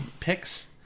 picks